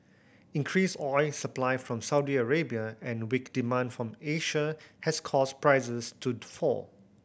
increased oil supply from Saudi Arabia and weak demand from Asia has caused prices to fall